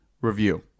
Review